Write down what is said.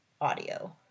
audio